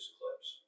clips